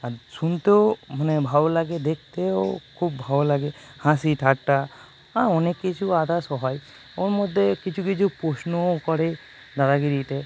আর শুনতেও মানে ভালো লাগে দেখতেও খুব ভালো লাগে হাসি ঠাট্টা অনেক কিছু আদার্সও হয় ওর মধ্যে কিছু কিছু প্রশ্নও করে দাদাগিরিতে